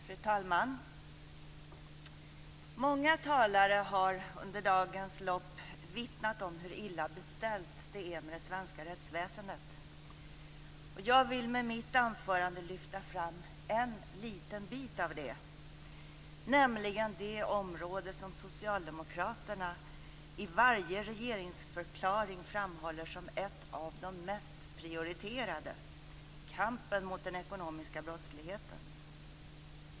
Fru talman! Många talare har under dagens lopp vittnat om hur illa beställt det är med det svenska rättsväsendet. Jag vill med mitt anförande lyfta fram en liten bit av detta, nämligen det område som Socialdemokraterna i varje regeringsförklaring framhåller som ett av de mest prioriterade - kampen mot den ekonomiska brottsligheten.